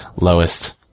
lowest